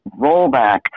rollback